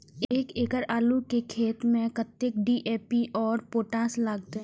एक एकड़ आलू के खेत में कतेक डी.ए.पी और पोटाश लागते?